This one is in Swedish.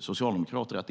socialdemokrater.